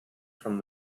from